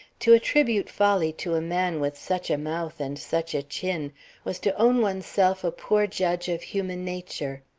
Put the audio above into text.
to attribute folly to a man with such a mouth and such a chin was to own one's self a poor judge of human nature.